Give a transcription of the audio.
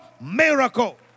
miracle